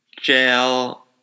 jail